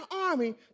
army